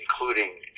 including